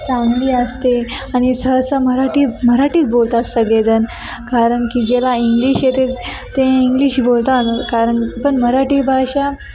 चांगली असते आणि सहसा मराठी मराठीच बोलतात सगळेजण कारण की ज्याला इंग्लिश येते ते इंग्लिश बोलतात कारण पण मराठी भाषा